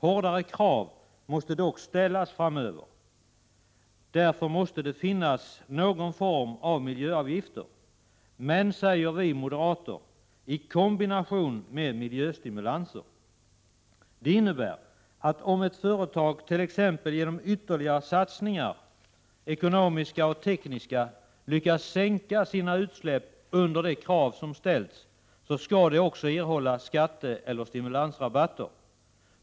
Hårdare krav måste dock ställas framöver. Därför måste det finnas någon form av miljöavgifter — men, säger vi moderater, i kombination med miljöstimulanser. Det innebär att om ett företag, t.ex. genom ytterligare satsningar, ekonomiska och tekniska, lyckas sänka sina utsläpp under de krav som ställts, så skall det erhålla skatteeller stimulansrabatter.